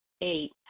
Eight